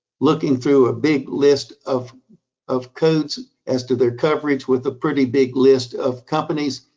looking through a big list of of codes as to their coverage with a pretty big list of companies,